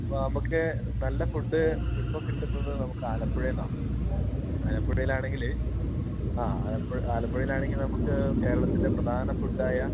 അപ്പോൾ നമുക്ക് നല്ല ഫുഡ്ഡ് ഇപ്പോൾ കിട്ടുന്നത് നമുക്ക് ആലപ്പുഴയിൽ നിന്നാണ് ആലപ്പുഴയിലാണെങ്കിൽ ആ ആലപ്പുഴയിലാണെങ്കിൽ നമുക്ക് കേരളത്തിൻ്റെ പ്രധാന ഫുഡ്ഡായ